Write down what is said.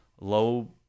Low